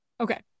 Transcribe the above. Okay